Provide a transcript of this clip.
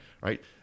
right